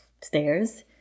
stairs